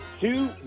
two